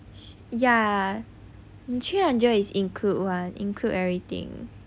ya three hundred is include [one] it's include everything